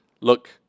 look